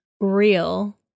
real